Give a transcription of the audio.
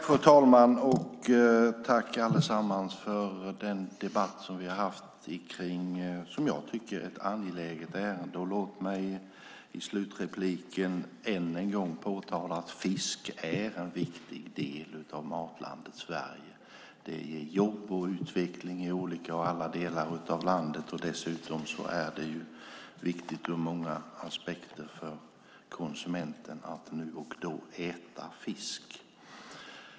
Fru talman! Tack, allesammans, för den debatt som vi har haft kring ett angeläget ärende! Låt mig i slutinlägget än en gång påpeka att fisk är en viktig del av Matlandet Sverige. Det ger jobb och utveckling i olika och alla delar av landet, och dessutom är det viktigt ur många aspekter för konsumenten att nu och då äta fisk.